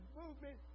movement